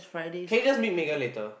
can you just meet Megan later